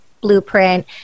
blueprint